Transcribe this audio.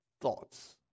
thoughts